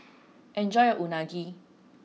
enjoy your Unagi